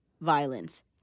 violence